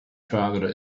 father